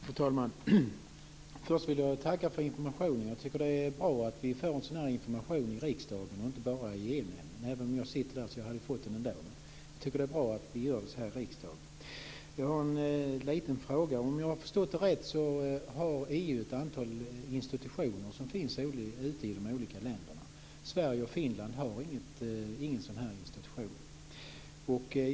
Fru talman! Först vill jag tacka för informationen. Jag tycker att det är bra att vi får en sådan här information i riksdagen och inte bara i EU-nämnden. Jag sitter där, så jag hade fått den ändå. Men jag tycker som sagt att det är bra att vi även får den här. Om jag har förstått rätt har EU ett antal institutioner i de olika länderna. Sverige och Finland har ingen sådan institution.